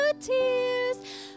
tears